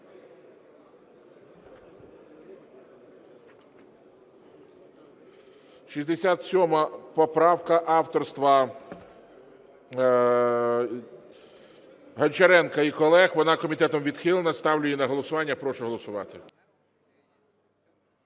67 поправка авторства Гончаренка і колег. Вона комітетом відхилена. Ставлю її на голосування, прошу голосувати.